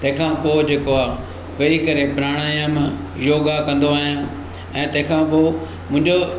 तंहिंखां पोइ जेको आहे वही करे प्राणायाम योगा कंदो आहियां ऐं तंहिंखां पोइ मुंहिंजो